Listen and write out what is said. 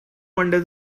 wonder